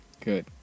Good